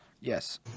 Yes